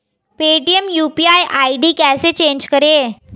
Paytm UPI ID कैसे change करें?